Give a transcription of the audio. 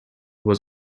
was